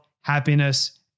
happiness